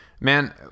Man